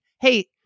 hey